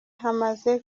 hamaze